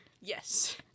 yes